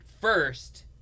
first